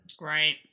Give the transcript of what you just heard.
Right